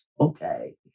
Okay